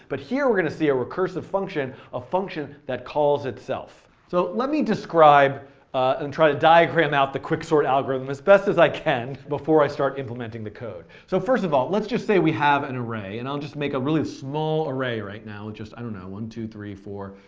but here we're going to see a recursive function, a function that calls itself. so let me describe and kind of diagram out the quicksort algorithm as best as i can before i start implementing the code. so first of all, let's just say we have an array, and i'll just make a really small array right now with just i don't know, one, two, three, four,